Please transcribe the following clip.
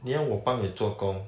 你要我帮你做工